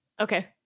Okay